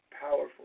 powerful